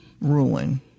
ruling